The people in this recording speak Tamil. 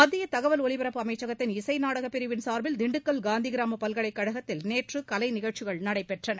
மத்திய தகவல் ஒலிபரப்பு அமைச்சகத்தின் இசை நாடகப் பிரிவின் சார்பில் திண்டுக்கல் காந்திகிராம பல்கலைக் கழகத்தில் நேற்று கலைநிகழ்ச்சிகள் நடைபெற்றன